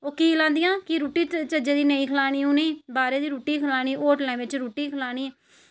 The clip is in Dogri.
ओह् कीऽ लांदियां की रुट्टी चज्जै दी नेईं खलानी उनेंगी बाहरै दी रुट्टी खलानी होटलें दी रुट्टी खलानी